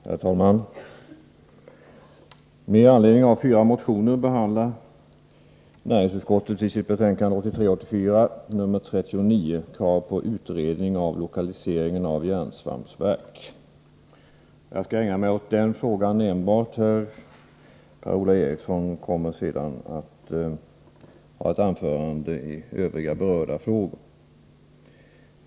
Herr talman! Med anledning av fyra motioner behandlar näringsutskottet i sitt betänkande 1983/84:39 de krav som rests på en utredning av lokaliseringen av järnsvampsverk. Jag skall enbart ägna mig åt den frågan. Per-Ola Eriksson kommer strax att i sitt anförande ta upp övriga berörda frågor.